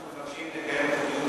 אנחנו מבקשים לקיים את הדיון